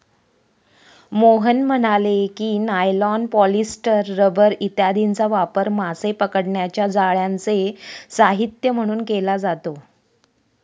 मोहन म्हणाले की, nylon, polyester, rubber इत्यादींचा वापर मासे पकडण्याच्या जाळ्यांचे साहित्य म्हणून केला जातो